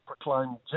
proclaimed